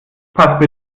pass